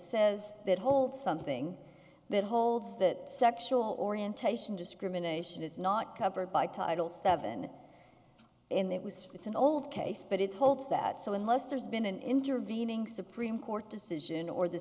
says that holds something that holds that sexual orientation discrimination is not covered by title seven in that was it's an old case but it holds that so unless there's been an intervening supreme court decision or the